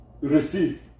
receive